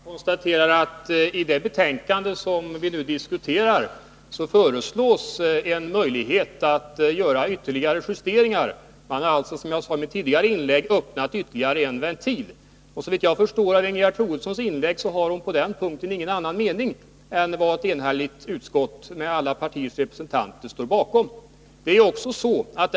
Herr talman! Jag konstaterar att det i det betänkande som vi nu diskuterar föreslås en möjlighet till ytterligare justeringar. Man har alltså, som jag sade i mitt tidigare inlägg, öppnat ytterligare en ventil. Såvitt jag förstår av Ingegerd Troedssons inlägg har hon på den punkten ingen annan mening än den som alla partiers representanter i det enhälliga utskottet står bakom.